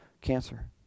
cancer